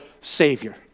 savior